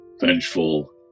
vengeful